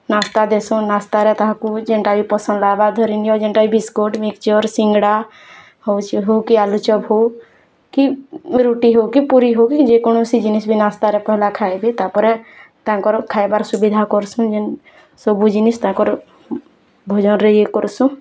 ନାସ୍ତା ଦେସୁନୁ୍ ନାସ୍ତାରେ ତାହାକୁ ଯେଣ୍ଟା କି ପସନ୍ଦ୍ ଆଏବା ଧରି ନିଅ ଯେନ୍ଟା କି ବିସ୍କୁଟ୍ ମିକଶ୍ଚର୍ ସିଙ୍ଗଡ଼ାହଉ ଚି ହଉ କି ଆଲୁଚପ୍ ହଉ କି ରୁଟି ହଉକି ପୁରୀ ହଉ କି ଯେକୌଣସି ଜିନିଷ୍ ବି ନାସ୍ତାରେ ପେହେଲା ଖାଏବେ ତାପରେ ତାଙ୍କର ଖାଏବାର ସୁବିଧା କର୍ସୁନ୍ ଯେନ୍ ସବୁ ଜିନିଷ୍ ତାଙ୍କର ଭୋଜନ୍ କରସୁଁ